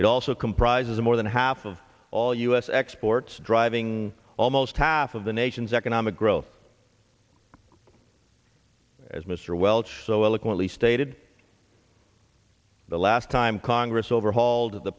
it also comprises more than half of all u s exports driving almost half of the nation's economic growth as mr welch so eloquently stated the last time congress overhauled the